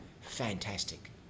Fantastic